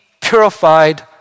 purified